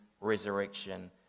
resurrection